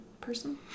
person